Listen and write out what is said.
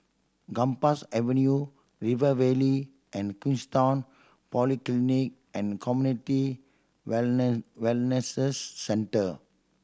Gambas Avenue River Valley and Queenstown Polyclinic and Community Centre